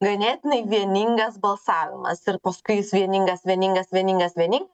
ganėtinai vieningas balsavimas ir paskui jis vieningas vieningas vieningas vieni